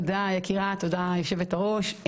תודה, יושבת הראש.